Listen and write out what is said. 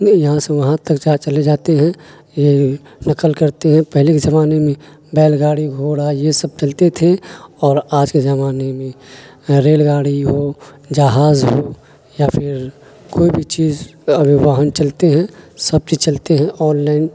یہاں سے وہاں تک جا چلے جاتے ہیں یہ نقل کرتے ہیں پہلے کے زمانے میں بیل گاڑی گھوڑا یہ سب چلتے تھے اور آج کے زمانے میں ریل گاڑی ہو جہاز ہو یا پھر کوئی بھی چیز اور یہ واہن چلتے ہیں سب چیز چلتے ہیں آنلائن